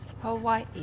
Hawaii